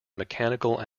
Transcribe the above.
mechanical